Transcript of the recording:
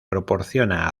proporciona